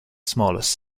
smallest